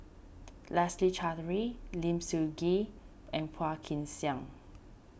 Leslie Charteris Lim Sun Gee and Phua Kin Siang